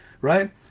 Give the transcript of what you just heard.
Right